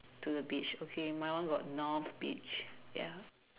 to the beach okay my one got north beach ya